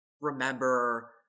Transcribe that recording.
remember